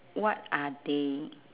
what are they